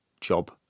job